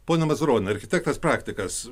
pone mazuroni architektas praktikas